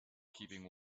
keeping